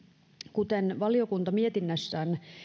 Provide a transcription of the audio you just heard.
kuten valiokunta mietinnössään